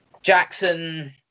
Jackson